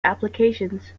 applications